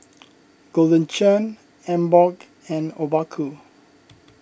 Golden Churn Emborg and Obaku